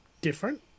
different